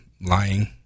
lying